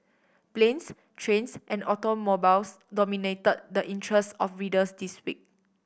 planes trains and automobiles dominated the interests of readers this week